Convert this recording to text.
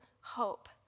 hope